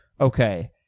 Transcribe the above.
Okay